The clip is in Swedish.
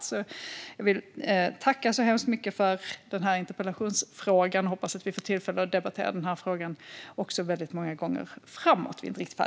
Vi är inte riktigt färdiga här än, men jag vill tacka så hemskt mycket för interpellationen och hoppas att vi får tillfälle att debattera frågan väldigt många gånger framöver.